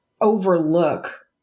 overlook